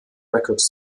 records